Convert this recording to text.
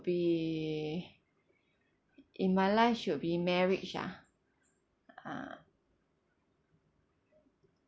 be in my life should be marriage ah ah